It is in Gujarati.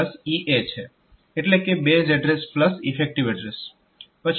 એટલે કે બેઝ એડ્રેસ ઈફેક્ટીવ એડ્રેસ